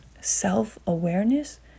self-awareness